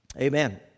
Amen